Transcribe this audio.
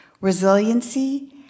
resiliency